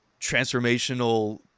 transformational